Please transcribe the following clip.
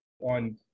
on